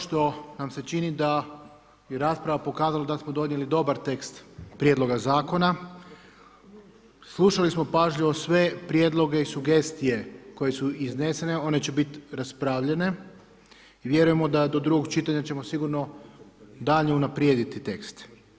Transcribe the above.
Ono što nam se čini, da bi rasprava pokazala da smo donijeli dobar tekst prijedloga zakona, slušali smo pažljivo sve prijedloge i sugestije, koje su iznesene, one će biti raspravljene, vjerujemo da do drugog čitanja ćemo sigurno daljnje unaprijediti tekst.